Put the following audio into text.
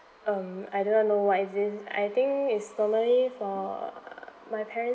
um I do not know what is this I think it's normally for my parents